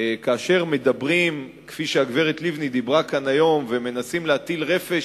כאשר מדברים כפי שהגברת לבני דיברה כאן היום ומנסים להטיל רפש